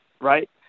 right